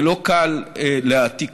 ולא קל להעתיק